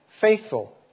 faithful